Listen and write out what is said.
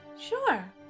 Sure